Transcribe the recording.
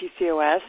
PCOS